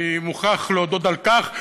אני מוכרח להודות על כך,